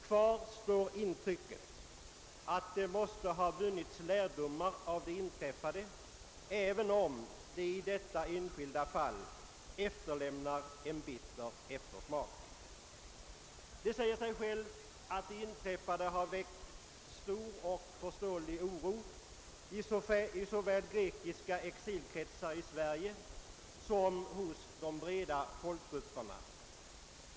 Kvar står intrycket att det måste ha vunnits lärdomar av det inträffade, även om det i detta enskilda fall efterlämnar en bitter eftersmak. Det säger sig självt att det inträffade har väckt stor och förståelig oro i såväl grekiska exilkretsar i Sverige som hos de breda folkgrupperna.